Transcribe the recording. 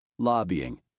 Lobbying